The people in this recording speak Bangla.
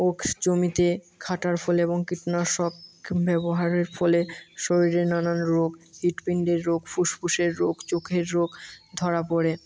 জমিতে খাটার ফলে এবং কীটনাশক ব্যবহারের ফলে শরীরে নানান রোগ হৃদপিণ্ডের রোগ ফুসফুসের রোগ চোখের রোগ ধরা পড়ে